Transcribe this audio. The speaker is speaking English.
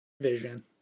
vision